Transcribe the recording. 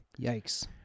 Yikes